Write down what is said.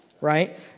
right